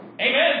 Amen